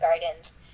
Gardens